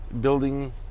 building